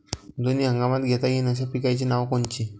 दोनी हंगामात घेता येईन अशा पिकाइची नावं कोनची?